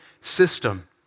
system